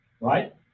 Right